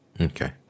Okay